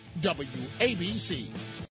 WABC